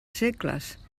segles